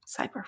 cyber